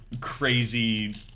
crazy